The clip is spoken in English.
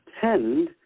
tend